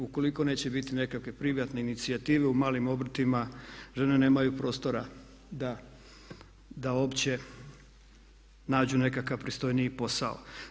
Ukoliko neće biti nekakve privatne inicijative u malim obrtima žene nemaju prostora da uopće nađu nekakav pristojniji posao.